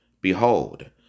behold